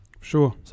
Sure